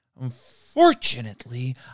Unfortunately